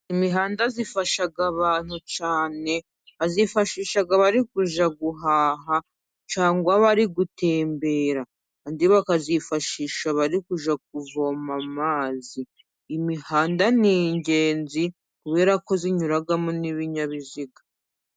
Imihanda ifasha abantu cyane, bayifashisha bari kujya guhaha cyangwa bari gutembera, abandi bakayifashisha bari kujya kuvoma amazi, imihanda ni ingenzi kuberako tuzinyuramo n'ibinyabiziga.